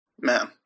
Man